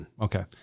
Okay